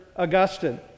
Augustine